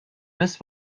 this